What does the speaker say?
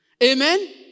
Amen